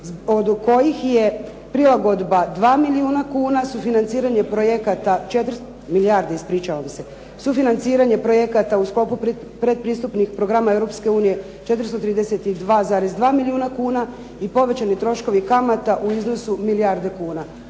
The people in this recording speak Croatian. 4 milijarde ispričavam se, sufinanciranje projekata u sklopu pretpristupnih programa Europske unije 432,2 milijuna kuna i povećani troškovi kamata u iznosu milijarde kune.